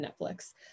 Netflix